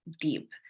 deep